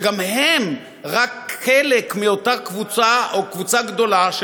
שגם הם רק חלק מאותה קבוצה או קבוצה גדולה של